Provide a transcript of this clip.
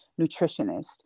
nutritionist